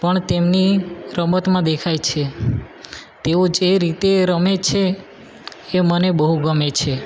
પણ તેમની રમતમાં દેખાય છે તેઓ જે રીતે રમે છે એ મને બહુ ગમે છે